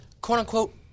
quote-unquote